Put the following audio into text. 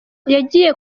yagiye